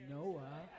Noah